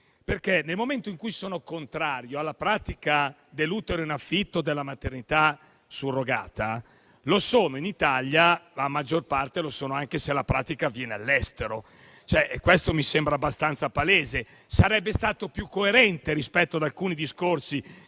perché nel momento in cui sono contrario alla pratica dell'utero in affitto e della maternità surrogata, lo sono in Italia e per la maggior parte lo sono anche se la pratica avviene all'estero. Questo mi sembra abbastanza palese. Rispetto ad alcuni discorsi